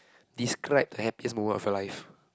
describe the happiest moment of your life